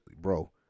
bro